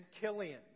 Killian